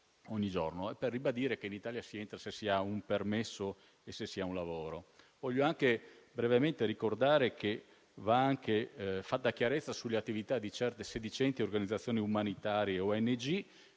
ogni giorno, ribadendo che in Italia si entra se si ha un permesso e se si ha un lavoro. Voglio brevemente ricordare che va anche fatta chiarezza sulle attività di certe sedicenti organizzazioni umanitarie ONG,